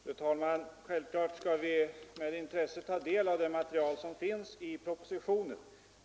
Fru talman! Självfallet skall vi med intresse ta del av det material som finns i propositionen.